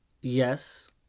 Yes